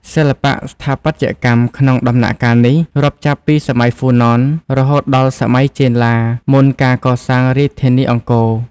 សិល្បៈស្ថាបត្យកម្មក្នុងដំណាក់កាលនេះ ចាប់រាប់ពីសម័យហ្វូណន រហូតដល់សម័យចេនឡា មុនការកសាងរាជធានីអង្គរ។